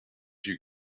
you